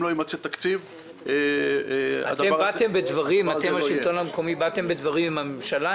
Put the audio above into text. אם לא יימצא תקציב --- אתם השלטון המקומי באתם בדברים עם הממשלה,